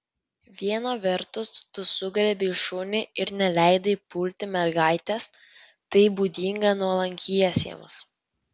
viena vertus tu sugriebei šunį ir neleidai pulti mergaitės tai būdinga nuolankiesiems